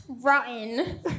rotten